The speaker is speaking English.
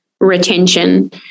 retention